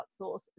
outsource